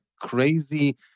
crazy